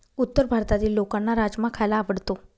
उत्तर भारतातील लोकांना राजमा खायला आवडतो